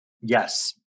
Yes